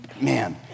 man